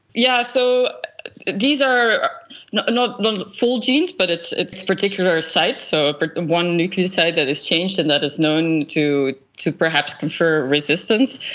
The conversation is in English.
yeah so these are not not full genes but it's it's particular sites, so but one nucleotide that has changed and that is known to to perhaps confer resistance.